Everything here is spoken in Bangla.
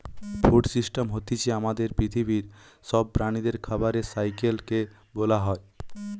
ফুড সিস্টেম হতিছে আমাদের পৃথিবীর সব প্রাণীদের খাবারের সাইকেল কে বোলা হয়